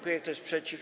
Kto jest przeciw?